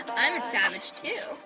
i'm a savage too.